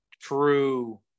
true